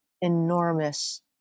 enormous